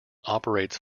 operates